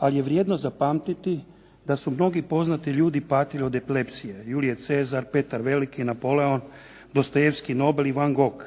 ali je vrijedno zapamtiti da su mnogi poznati ljudi patili od epilepsije, Julije Cezar, Petar Veliki, Napoleon, Dostojevski, Nobel i Van Gogh.